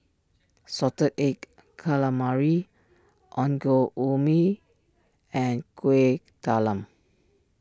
Salted Egg Calamari Ongol Ubi and Kueh Talam